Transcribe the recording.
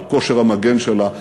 על כושר המגן שלה,